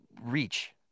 reach